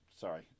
sorry